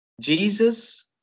Jesus